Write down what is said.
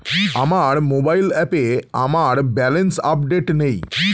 আমার মোবাইল অ্যাপে আমার ব্যালেন্স আপডেটেড নেই